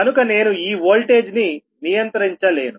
కనుక నేను ఈ వోల్టేజ్ ని నియంత్రించలేను